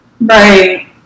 Right